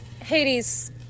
Hades